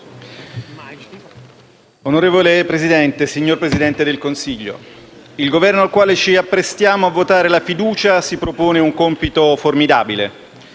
Signor Presidente, signor Presidente del Consiglio, il Governo a cui ci apprestiamo a votare la fiducia si propone un compito formidabile.